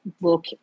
look